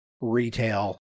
retail